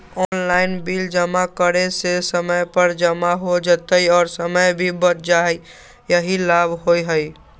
Online bill जमा करे से समय पर जमा हो जतई और समय भी बच जाहई यही लाभ होहई?